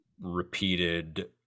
repeated